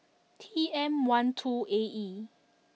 T M one two A E